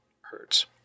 hertz